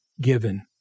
given